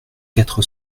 quatre